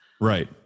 Right